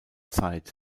zeit